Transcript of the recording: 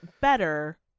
better